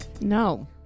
no